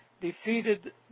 defeated